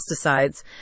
pesticides